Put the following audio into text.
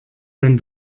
wenn